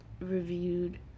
reviewed